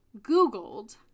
googled